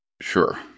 Sure